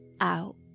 out